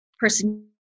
person